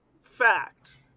fact